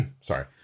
Sorry